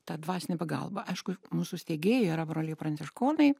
ta dvasinė pagalba aišku mūsų steigėjai yra broliai pranciškonai